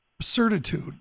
certitude